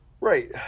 Right